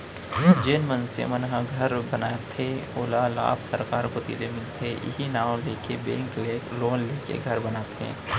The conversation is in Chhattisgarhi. जेन मनसे मन घर बनाथे ओला लाभ सरकार कोती ले मिलथे इहीं नांव लेके बेंक ले लोन लेके घर बनाथे